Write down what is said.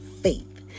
faith